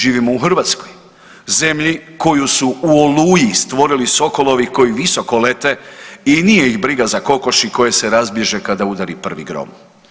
Živimo u Hrvatskoj, zemlji koju su u Oluji stvorili sokolovi koji visoko lete i nije ih briga za kokoši koje se razbježe kada udari prvi grom.